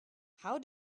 how